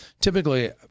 Typically